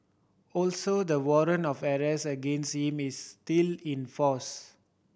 also the warrant of arrest against him is still in force